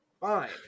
Fine